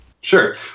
Sure